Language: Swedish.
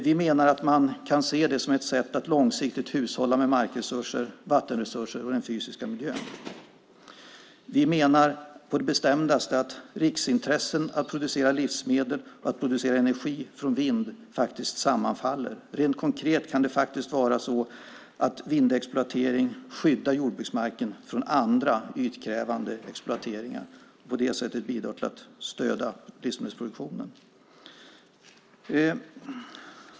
Vi menar att man kan se det som ett sätt att långsiktigt hushålla med markresurser, vattenresurser och den fysiska miljön. Vi menar på det bestämdaste att riksintressen som att producera livsmedel och att producera energi från vind sammanfaller. Rent konkret kan det vara så att vindexploatering skyddar jordbruksmarken från andra ytkrävande exploateringar och på det sättet bidrar till att stödja livsmedelsproduktionen.